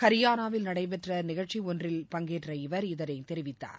ஹரியானாவில் நடைபெற்ற நிகழ்ச்சி ஒன்றில் பங்கேற்ற அவர் இதைத் தெரிவித்தார்